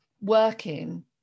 working